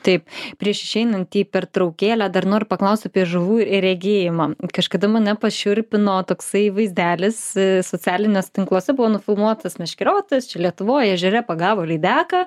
taip prieš išeinant į pertraukėlę dar noriu paklaust apie žuvų ir regėjimą kažkada mane pašiurpino toksai vaizdelis socialiniuose tinkluose buvo nufilmuotas meškeriotojas čia lietuvoj ežere pagavo lydeką